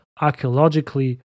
archaeologically